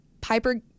Piper